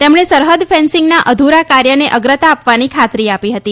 તેમણે સરહદ ફેન્સીંગના અધુરા કાર્યને અગ્રતા આપવાની ખાતરી આપી હતી